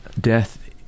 death